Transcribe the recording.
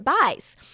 buys